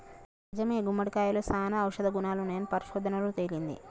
నిజమే గుమ్మడికాయలో సానా ఔషధ గుణాలున్నాయని పరిశోధనలలో తేలింది